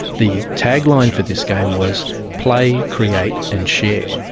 the tagline for this game was play, create and share'.